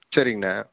சரிங்கண்ணா